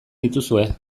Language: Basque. dituzue